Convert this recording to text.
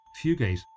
Fugate